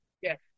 Yes